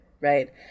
right